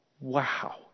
Wow